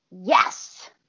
yes